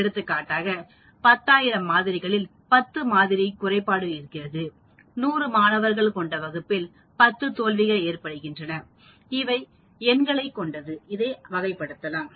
எடுத்துக்காட்டாக 10000 மாதிரிகளில் 10 மாதிரிக்கு குறைபாடுகள் இருக்கலாம 100 மாணவர்களின் வகுப்பில் 10 தோல்விகள் நீங்கள் அதை எண்ணலாம் அதை வகைப்படுத்தலாம்